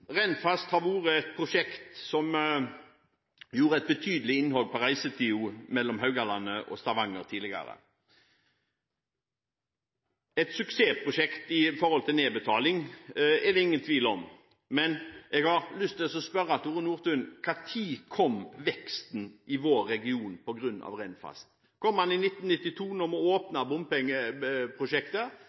har vært et prosjekt som gjorde et betydelig innhogg i den tidligere reisetiden mellom Haugalandet og Stavanger. At det er et suksessprosjekt med hensyn til nedbetaling, er det ingen tvil om, men jeg har lyst til å spørre Tore Nordtun om når veksten i vår region kom på grunn av Rennfast. Kom den i 1992, da vi åpnet bompengeprosjektet,